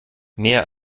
mehr